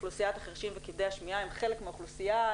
אוכלוסיית החירשים וכבדי השמיעה הם חלק מהאוכלוסייה,